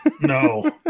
No